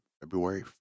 february